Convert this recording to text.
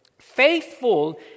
Faithful